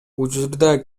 учурда